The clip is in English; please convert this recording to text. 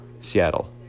Seattle